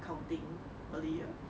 counting earlier